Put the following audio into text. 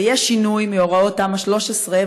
ויש שינוי מהוראות תמ"א 13,